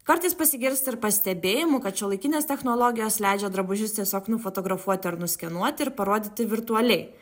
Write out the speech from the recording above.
kartais pasigirsta ir pastebėjimų kad šiuolaikinės technologijos leidžia drabužius tiesiog nufotografuoti ar nuskenuoti ir parodyti virtualiai